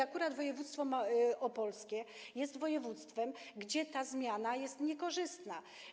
Akurat województwo opolskie jest województwem, gdzie ta zmiana jest niekorzystna.